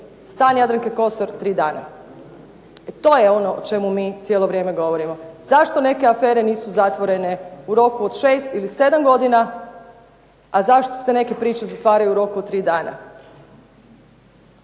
stan Jadranke Kosor 3 dana. To je ono o čemu mi cijelo vrijeme govorimo. Zašto neke afere nisu zatvorene u roku od šest ili sedam godina, a zašto se neke priče zatvaraju u roku od tri dana?